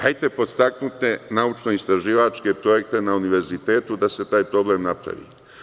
Hajde, podstaknite naučno istraživačke projekte na univerzitetu da se taj problem napravi.